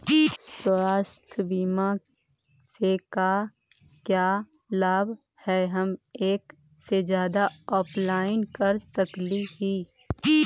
स्वास्थ्य बीमा से का क्या लाभ है हम एक से जादा अप्लाई कर सकली ही?